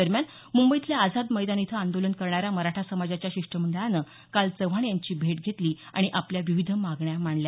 दरम्यान मुंबईतल्या आझाद मैदान इथं आंदोलन करणाऱ्या मराठा समाजाच्या शिष्ठमंडळानं काल चव्हाण यांची भेट घेतली आणि आपल्या विविध मागण्या मांडल्या